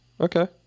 okay